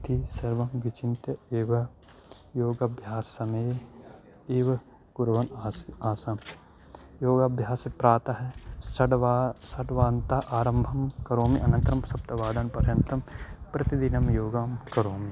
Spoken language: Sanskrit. इति सर्वं विचिन्त्य एव योगभ्यासमये एव कुर्वन् आसम् आसं योगभ्यासं प्रातः षड् वा षड्वादने आरम्भं करोमि अनन्तरं सप्तवादनपर्यन्तं प्रतिदिनं योगं करोमि